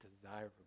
desirable